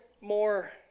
more